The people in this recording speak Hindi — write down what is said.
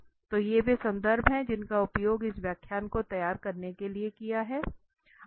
तो ये वे संदर्भ हैं जिनका उपयोग इस व्याख्या को तैयार करने के लिए किया गया है